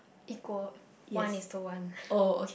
equal one is to one